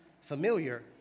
familiar